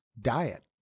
diet